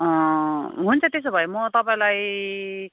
हुन्छ त्यसो भए म तपाईँलाई